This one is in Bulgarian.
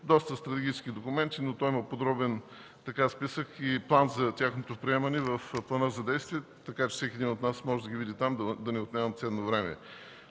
доста стратегически документи, но има подробен списък и план за тяхното приемане в плана за действие, така че всеки един от нас може да ги види там, да не отнемам ценно време.